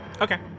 Okay